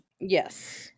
yes